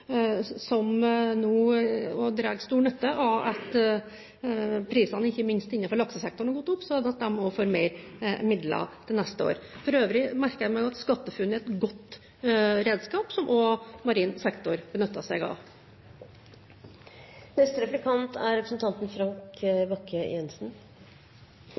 som nå også drar stor nytte av at prisene, ikke minst innenfor laksesektoren, har gått opp, slik at de får mer midler til neste år. For øvrig merker jeg meg at SkatteFUNN er et godt redskap som også marin sektor benytter seg av.